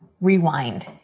rewind